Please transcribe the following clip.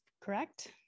correct